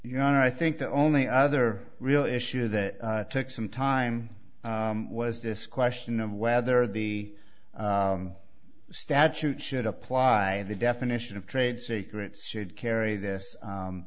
and i think the only other real issue that took some time was this question of whether the statute should apply the definition of trade secrets should carry this